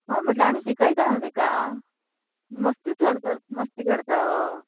हय म्हटल्यार आमी शिकयता न्हू ताका मस्ती चड कर मस्ती करता हय